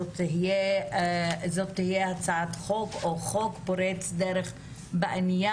זאת תהיה הצעת חוק או חוק פורץ דרך בעניין.